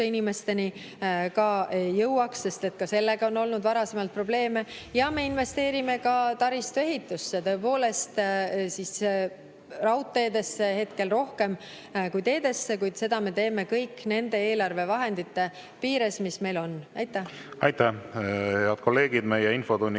inimesteni jõuaks – ka sellega on olnud varasemalt probleeme –, ja me investeerime ka taristuehitusse – tõepoolest, raudteedesse hetkel rohkem kui teedesse, kuid seda me teeme kõik nende eelarvevahendite piires, mis meil on. Aitäh! Head kolleegid! Meie infotunniks